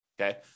Okay